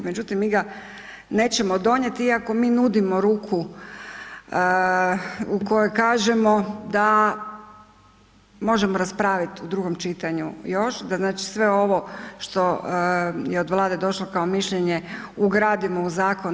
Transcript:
Međutim, mi ga nećemo donijeti iako mi nudimo ruku u kojoj kažemo da možemo raspraviti u drugom čitanju još, da znači sve ovo što je od Vlade došlo kao mišljenje ugradimo u zakon.